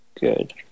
Good